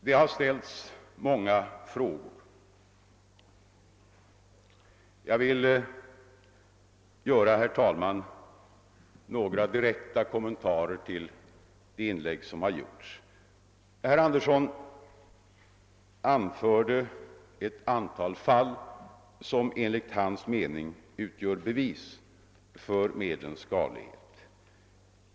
Det har ställts många frågor till mig. Jag vill, herr talman, göra några direkta kommentarer till de inlägg som gjorts. Herr Andersson i Storfors anför ett antal fall som enligt hans mening utgör bevis för medlens skadlighet.